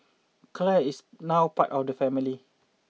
Clare is now part of the family